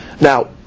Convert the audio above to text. Now